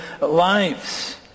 lives